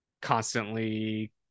constantly